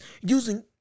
using